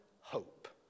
hope